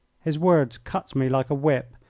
his words cut me like a whip,